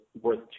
worth